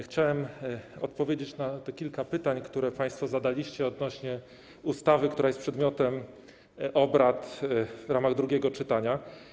Chciałem odpowiedzieć na tych kilka pytań, które państwo zadaliście odnośnie do ustawy, która jest przedmiotem obrad w ramach drugiego czytania.